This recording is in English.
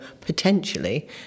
potentially